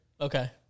Okay